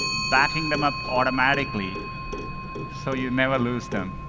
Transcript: backing them up automatically so you never lose them.